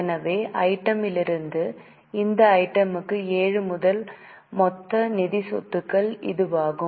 எனவே இந்த ஐட்டம் மிலிருந்து இந்த ஐட்டம் க்கு 7 முதல் மொத்த நிதி சொத்துக்கள் இதுவாகும்